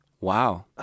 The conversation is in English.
Wow